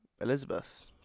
Elizabeth